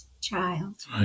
child